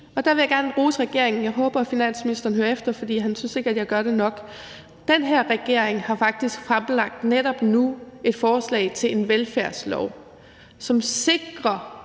– der vil jeg gerne rose regeringen, og jeg håber, at finansministeren hører efter, for han synes ikke, at jeg gør det nok – faktisk har fremlagt et forslag til en velfærdslov, som sikrer,